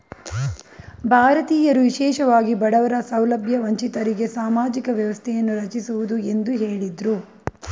ಭಾರತೀಯರು ವಿಶೇಷವಾಗಿ ಬಡವರ ಸೌಲಭ್ಯ ವಂಚಿತರಿಗೆ ಸಾಮಾಜಿಕ ವ್ಯವಸ್ಥೆಯನ್ನು ರಚಿಸುವುದು ಎಂದು ಹೇಳಿದ್ರು